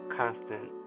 constant